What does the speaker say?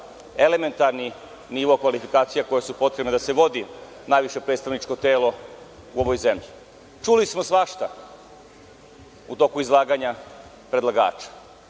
elementarni nivo kvalifikacija koje su potrebne da se vodi najviše predstavničko telo u ovoj zemlji. Čuli smo svašta u toku izlaganja predlagača,